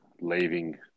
leaving